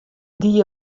die